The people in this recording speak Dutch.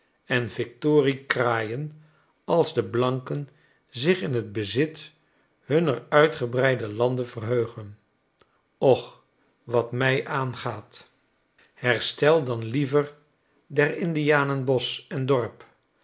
en victorie kraaien als de blanken zich in t bezit hunner uitgebreiden landen verheugen och wat mij aangaat herstel dan liever der indianen bosch en dorp